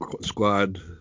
squad